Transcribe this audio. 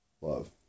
love